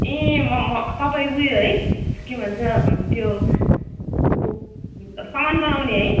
ए म म तपाईँ उयो है के भन्छ त्यो के सामान बनाउने है